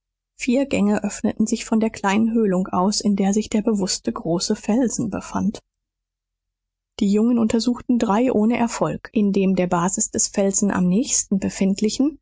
vier gänge öffneten sich von der kleinen höhlung aus in der sich der bewußte große felsen befand die jungen untersuchten drei ohne erfolg in dem der basis des felsens am nächsten befindlichen